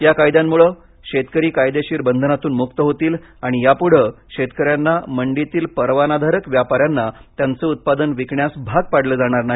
या कायद्यांमुळे शेतकरी कायदेशीर बंधनातून मुक्त होतील आणि यापुढे शेतकऱ्यांना मंडीतील परवानाधारक व्यापाऱ्यांना त्यांचे उत्पादन विकण्यास भाग पाडले जाणार नाही